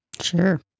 Sure